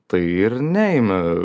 tai ir neimi